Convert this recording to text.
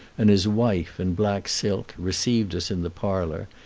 and his wife, in black silk, received us in the parlor,